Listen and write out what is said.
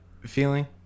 feeling